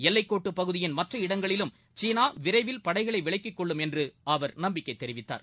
எல்லைக்கோட்டுபகுதியின் இடங்களிலும் சீனாவிரைவில் மற்ற படைகளைவிலக்கிக்கொள்ளும் என்றுஅவர் நம்பிக்கைதெரிவித்தார்